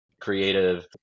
creative